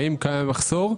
האם קיים מחסור?